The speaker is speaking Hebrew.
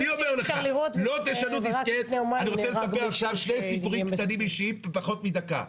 אני רוצה לספר שני סיפורים קטנים אישיים בפחות מדקה.